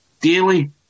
daily